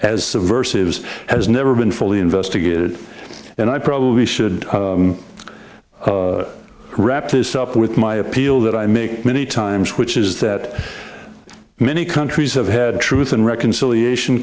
vs has never been fully investigated and i probably should wrap this up with my appeal that i make many times which is that many countries have had truth and reconciliation